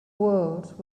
world